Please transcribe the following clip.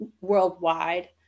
worldwide